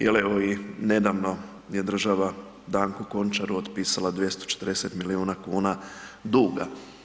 Jel evo i nedavno je država Danku Končaru otpisala 240 milijuna kuna duga.